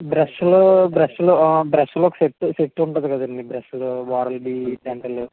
బ్రష్లు బ్రష్లు బ్రష్లు ఒక సెట్ సెట్ ఉంటుంది కదండీ బ్రష్లు ఓరల్బి డెంటలు